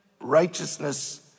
righteousness